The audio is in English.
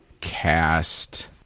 cast